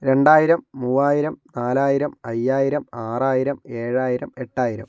രണ്ടായിരം മുവായിരം നാലായിരം അയ്യായിരം ആറായിരം ഏഴായിരം എട്ടായിരം